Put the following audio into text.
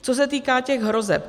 Co se týká těch hrozeb.